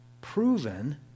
proven